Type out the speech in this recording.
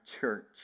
church